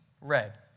red